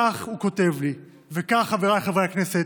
כך הוא כותב לי, וכך, חבריי חברי הכנסת,